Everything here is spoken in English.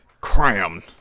Cram